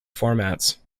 formats